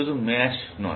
শুধু ম্যাশ নয়